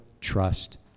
trust